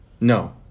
No